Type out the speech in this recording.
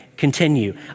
Continue